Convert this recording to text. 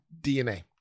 DNA